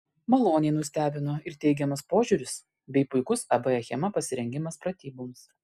maloniai nustebino ir teigiamas požiūris bei puikus ab achema pasirengimas pratyboms